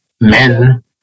men